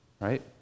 Right